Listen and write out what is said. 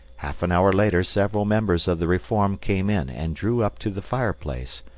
half an hour later several members of the reform came in and drew up to the fireplace,